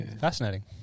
fascinating